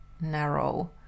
narrow